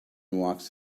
walks